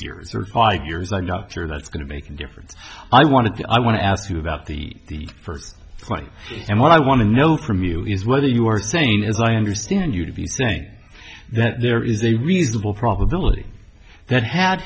years or five years i'm not sure that's going to make a difference i want to i want to ask you about the first one and what i want to know from you is whether you're saying as i understand you to be saying that there is a reasonable probability that had